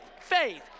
faith